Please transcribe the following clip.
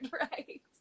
right